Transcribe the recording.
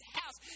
house